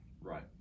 Right